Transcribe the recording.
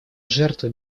жертвой